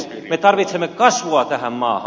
me tarvitsemme kasvua tähän maahan